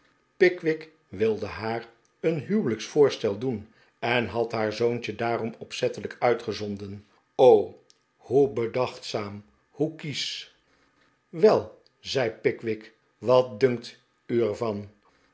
pickwick wilde haar een huwelijksvoorstel doen en had haar zoontje daarom opzettelijk uitgezonden o hoe bedachtzaam hoe kiesch wel zei pickwick wat duftkt u er